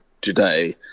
today